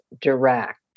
direct